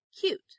Cute